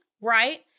right